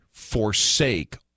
forsake